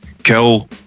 Kill